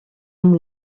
amb